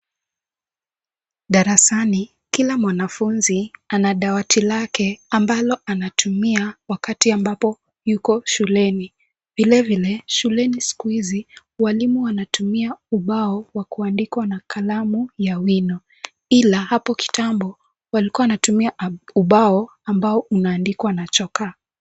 Darasani kila mwanafunzi ana dawati lake ambalo anatumia wakati ambapo yuko shuleni. Vilevile shuleni siku hizi walimu wanatumia ubao wa kuandikwa na kalamu ya wino, ila hapo kitambo walikuwa wanatumia ubao ambao unaandikwa na chokaa .